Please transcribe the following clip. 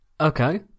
Okay